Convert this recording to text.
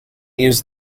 use